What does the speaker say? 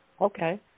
Okay